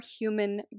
human